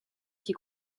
qui